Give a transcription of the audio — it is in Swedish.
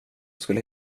skulle